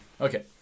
Okay